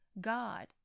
God